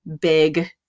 big